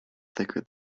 thicker